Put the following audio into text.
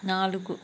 నాలుగు